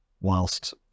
whilst